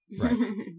right